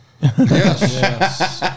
yes